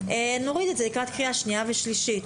נוריד את זה לקראת קריאה שנייה ושלישית.